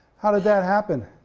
how did that happen?